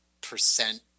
percent